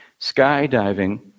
skydiving